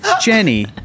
Jenny